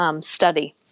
study